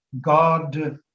God